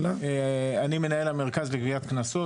אני מנהל המרכז לגביית קנסות,